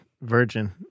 Virgin